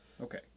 Okay